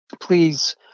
please